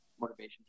motivation